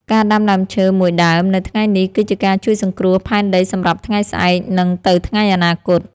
ការដាំដើមឈើមួយដើមនៅថ្ងៃនេះ គឺជាការជួយសង្គ្រោះផែនដីសម្រាប់ថ្ងៃស្អែក និងទៅថ្ងៃអនាគត។